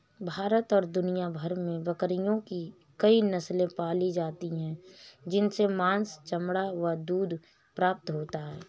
भारत और दुनिया भर में बकरियों की कई नस्ले पाली जाती हैं जिनसे मांस, चमड़ा व दूध प्राप्त होता है